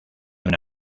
una